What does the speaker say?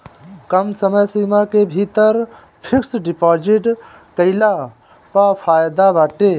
कम समय सीमा के भीतर फिक्स डिपाजिट कईला पअ फायदा बाटे